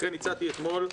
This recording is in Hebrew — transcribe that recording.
לכן הצעתי אתמול,